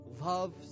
love